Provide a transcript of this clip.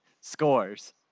Scores